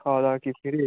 খাওয়া দাওয়া কি ফ্রি